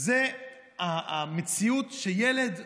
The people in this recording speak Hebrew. וזה המציאות שילד הולך,